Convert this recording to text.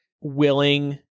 willing